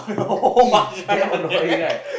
you are eh damn annoying right